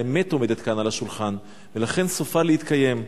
האמת עומדת כאן על השולחן, ולכן סופה להתקיים.